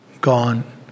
gone